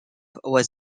was